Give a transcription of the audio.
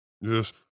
Yes